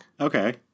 Okay